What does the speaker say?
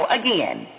again